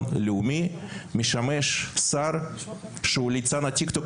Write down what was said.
לאומי מכהן שר שהוא "שר ה- TikTok",